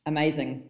Amazing